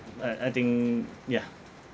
uh I think yeah